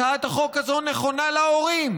הצעת החוק הזאת נכונה להורים,